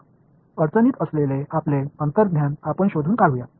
तर अडचणीत असलेले आपले अंतर्ज्ञान आपण शोधून काढूया